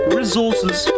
resources